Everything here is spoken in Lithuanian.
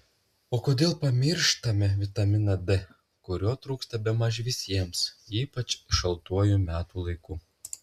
o kodėl pamištame vitaminą d kurio trūksta bemaž visiems ypač šaltuoju metų laiku